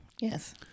Yes